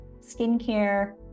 skincare